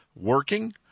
working